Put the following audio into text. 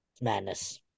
madness